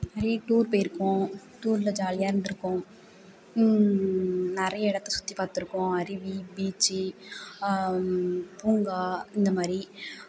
நிறைய டூர் போயிருக்கோம் டூரில் ஜாலியாக இருந்திருகோம் நிறைய இடத்தை சுற்றி பார்த்துருக்கோம் அருவி பீச்சி பூங்கா இந்த மாதிரி